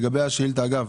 לגבי השאילתה אגב,